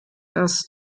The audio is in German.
erst